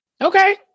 okay